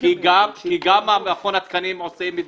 כי גם מכון התקנים עושה מדגמים.